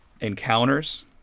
encounters